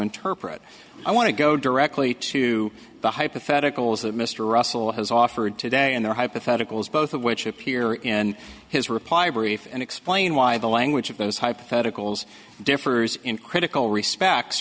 interpret i want to go directly to the hypotheticals that mr russell has offered today in their hypotheticals both of which appear in his reply brief and explain why the language of those hypotheticals differs in critical respects